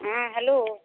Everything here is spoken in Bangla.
হ্যাঁ হ্যালো